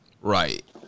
Right